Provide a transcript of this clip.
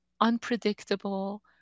unpredictable